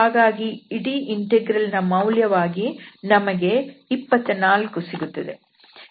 ಹಾಗಾಗಿ ಇಡೀ ಇಂಟೆಗ್ರಲ್ ನ ಮೌಲ್ಯವಾಗಿ ನಮಗೆ 24 ಸಿಗುತ್ತದೆ